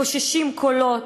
מקוששים קולות,